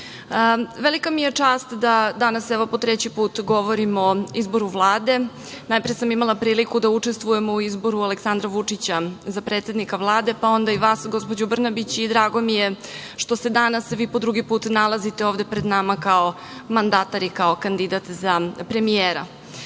velika mi je čast da danas, evo, po treći put govorim o izboru Vlade. Najpre sam imala priliku da učestvujem u izboru Aleksandra Vučića za predsednika Vlade, pa onda i vas, gospođo Brnabić, i drago mi je što se danas vi po drugi put nalazite ovde pred nama kao mandatar i kao kandidat za premijera. Svedoci